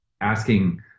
asking